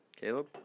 Caleb